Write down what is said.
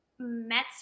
Mets